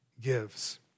gives